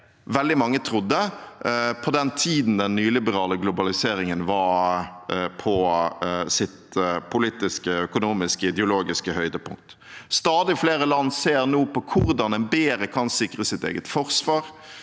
veldig mange trodde på den tiden den nyliberale globaliseringen hadde sitt politiske, økonomiske og ideologiske høydepunkt. Stadig flere land ser nå på hvordan en bedre kan sikre sitt eget forsvar,